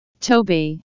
Toby